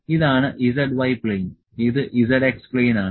ഇതാണ് z y plane ഇത് z x plane ആണ്